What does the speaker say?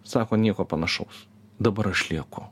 sako nieko panašaus dabar aš lieku